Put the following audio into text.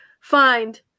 find